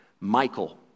Michael